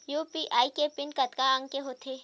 UPI के PIN कतका अंक के होथे?